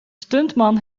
stuntman